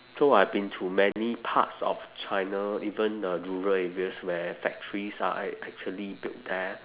so I been to many parts of china even uh rural areas where factories are act~ actually built there